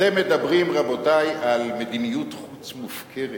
אתם מדברים, רבותי, על מדיניות חוץ מופקרת.